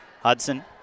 Hudson